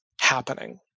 happening